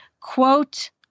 quote